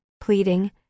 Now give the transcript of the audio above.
pleading